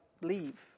leave